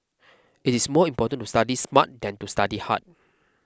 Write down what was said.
it is more important to study smart than to study hard